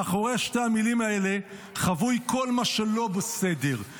מאחורי שתי המילים האלה חבוי כל מה שלא בסדר,